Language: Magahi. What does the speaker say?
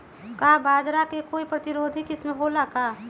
का बाजरा के कोई प्रतिरोधी किस्म हो ला का?